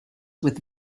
with